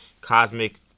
Cosmic